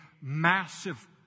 massive